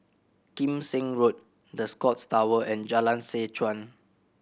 Kim Seng Road The Scotts Tower and Jalan Seh Chuan